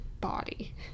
body